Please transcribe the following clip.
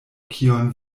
kion